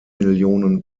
millionen